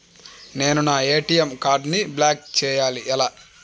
నేను నా ఏ.టీ.ఎం కార్డ్ను బ్లాక్ చేయాలి ఎలా?